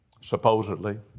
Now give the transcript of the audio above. supposedly